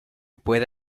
puede